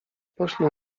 poślij